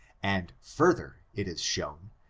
and further, it is shown,